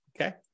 Okay